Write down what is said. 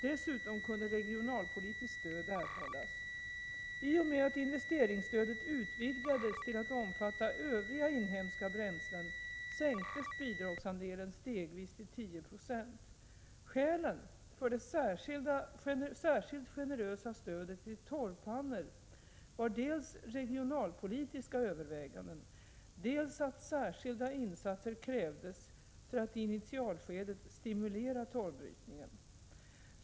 Dessutom kunde regionalpolitiskt stöd erhållas, I och med att investeringsstödet utvidgades till att omfatta övriga inhemska bränslen sänktes bidragsandelen stegvis till 10 96. Skälen för det särskilt generösa stödet till torvpannor var dels regionalpolitiska överväganden, dels att särskilda insatser krävdes för att i initialskedet stimulera torvbrytningen.